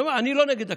אני לא נגד הקדמה.